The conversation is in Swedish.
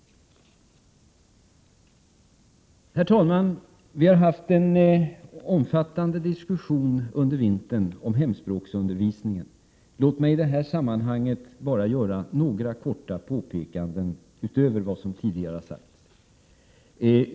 Herr talman! Vi har haft en omfattande diskussion under vintern om hemspråksundervisningen. Låt mig i detta sammanhang bara göra några korta påpekanden utöver vad som tidigare har sagts.